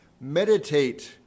meditate